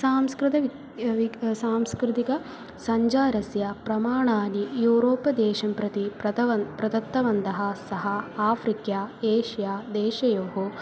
संस्कृतवित् विक् सांस्कृतिकसञ्चारस्य प्रमाणानि यूरोपदेशं प्रति प्रदत्तवान् प्रदत्तवन्तः सः आफ़्रिक्या एष्या देशयोः